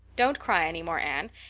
don't cry any more, anne.